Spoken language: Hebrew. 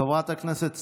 חברת הכנסת סטרוק,